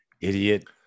idiot